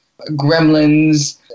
Gremlins